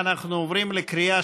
משפחות